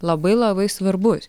labai labai svarbus